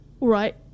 Right